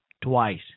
twice